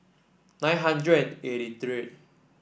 nine hundred and eighty three